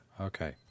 Okay